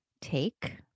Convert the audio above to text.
take